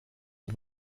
und